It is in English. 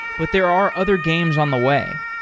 but there are other games on the way.